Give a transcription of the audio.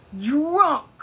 Drunk